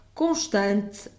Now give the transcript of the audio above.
constante